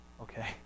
okay